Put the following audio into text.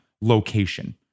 location